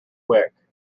quick